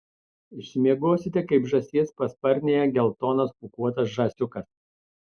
išsimiegosite kaip žąsies pasparnėje geltonas pūkuotas žąsiukas